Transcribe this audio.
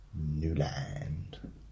Newland